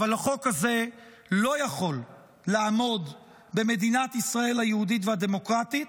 אבל החוק הזה לא יכול לעמוד במדינת ישראל היהודית והדמוקרטית.